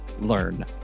learn